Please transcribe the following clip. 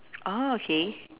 orh okay